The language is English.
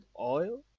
oil